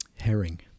Herring